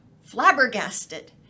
flabbergasted